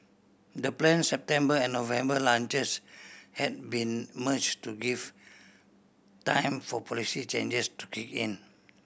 the plan September and November launches had been merge to give time for policy changes to kick in